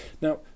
Now